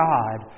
God